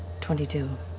twenty two.